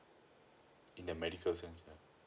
in the medical sense yeah